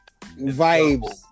vibes